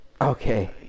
Okay